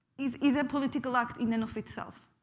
is is a political act in and of itself.